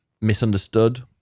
misunderstood